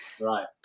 Right